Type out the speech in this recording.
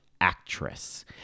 actress